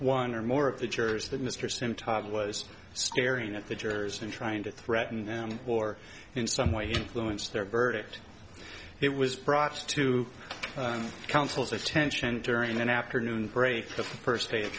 one or more of the jurors that mr symtab was staring at the jurors and trying to threaten them or in some way fluence their verdict it was brought to counsel's attention during an afternoon break the first day of